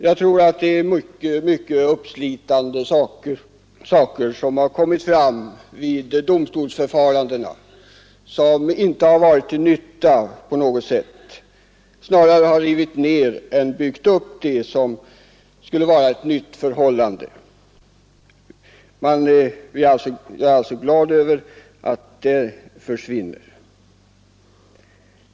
Jag tror att mycket uppslitande saker har kommit fram vid domstolsförfarandena, som inte har varit till nytta på något sätt utan snarare har rivit ned än byggt upp det som skulle vara ett nytt förhållande. Jag är alltså glad över att skuldbegreppet försvinner.